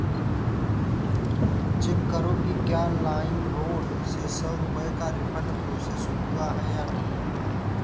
check करो कि क्या लाइम रोड से सौ रुपये का रिफंड प्रोसेस हुआ है या नहीं